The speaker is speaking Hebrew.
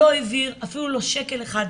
לא העביר אפילו לא שקל אחד,